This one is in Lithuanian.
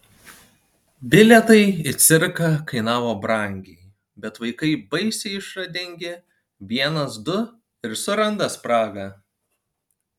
bilietai į cirką kainavo brangiai bet vaikai baisiai išradingi vienas du ir suranda spragą